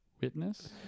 Witness